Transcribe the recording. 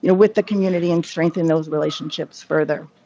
you know with the community and strengthen those relationships further.